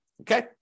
okay